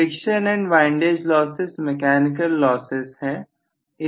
friction and windage losses mechanical losses है